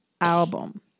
album